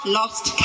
lost